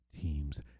teams